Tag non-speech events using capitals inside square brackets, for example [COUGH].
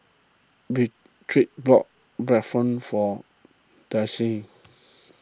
Beatrix bought Bratwurst for [UNINTELLIGIBLE]